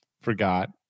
forgot